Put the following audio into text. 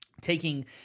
taking